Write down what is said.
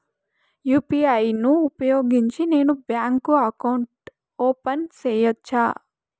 UPI ను ఉపయోగించి నేను బ్యాంకు అకౌంట్ ఓపెన్ సేయొచ్చా?